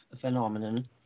phenomenon